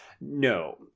No